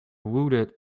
wooded